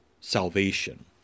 salvation